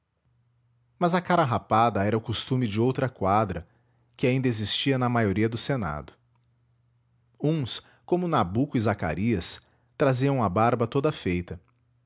mas a cara rapada era o costume de outra quadra que ainda existia na maioria do senado uns como nabuco e zacarias traziam a barba toda feita